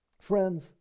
Friends